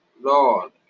lord